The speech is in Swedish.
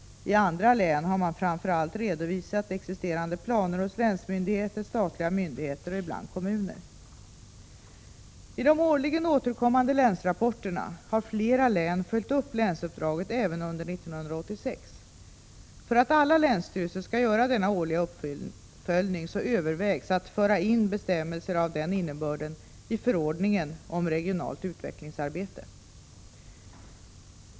I andra län har man framför allt redovisat existerande planer hos länsmyndigheter, statliga myndigheter och ibland kommuner. I de årligen återkommande länsrapporterna har flera län följt upp länsuppdraget även under år 1986. För att alla länsstyrelser skall göra denna årliga uppföljning övervägs att föra in bestämmelser av den innebörden i förordningen om regionalt utvecklingsarbete.